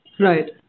Right